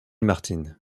martin